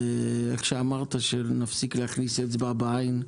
כמו שאמרת, נפסיק להכניס אצבע בעין,